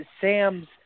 Sam's